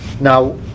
now